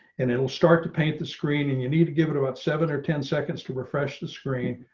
and it'll start to paint the screen and you need to give it about seven or ten seconds to refresh the screen.